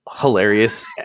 hilarious